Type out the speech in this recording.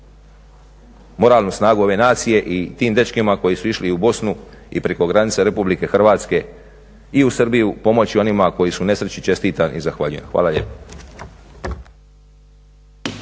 moralnu snagu ove nacije i tim dečkima koji su išli u Bosnu i preko granice RH i u Srbiju pomoći onima koji su u nesreći čestitam i zahvaljujem. Hvala lijepa.